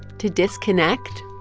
to disconnect,